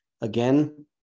again